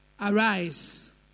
Arise